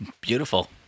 Beautiful